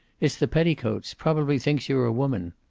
it's the petticoats. probably thinks you're a woman.